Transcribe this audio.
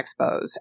expos